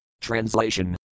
Translation